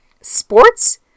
Sports